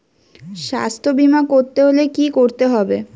স্বাস্থ্যবীমা করতে হলে কি করতে হবে?